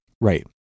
right